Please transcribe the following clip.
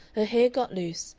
hair got loose,